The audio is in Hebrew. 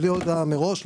בלי הודעה מראש.